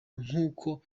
nkuko